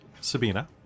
Sabina